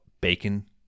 bacon